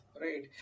right